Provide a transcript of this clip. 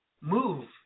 move